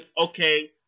okay